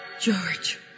George